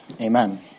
Amen